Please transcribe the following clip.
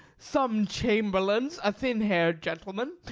some chamberlains, a thin haired gentleman,